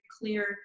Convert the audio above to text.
clear